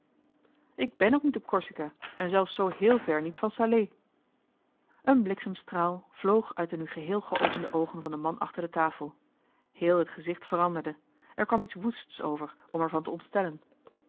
ik bèn ook niet op corsica en zelfs zoo héél ver niet van salé een bliksemstraal vloog uit de nu geheel geopende oogen van den man achter de tafel heel het gezicht veranderde er kwam iets woests over om er van te